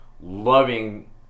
loving